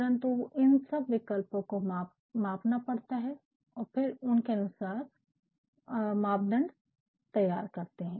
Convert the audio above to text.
परन्तु इन सब विकल्पों को मापना पड़ता है और फिर उसके अनुरूप मापदंड तैयार करते है